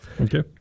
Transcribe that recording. Okay